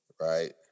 right